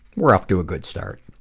we're off to a good start.